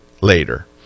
later